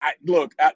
look